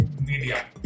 media